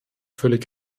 völlig